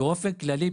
שבאופן כללי,